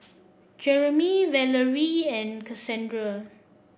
Jeromy Valeria and Casandra